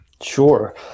Sure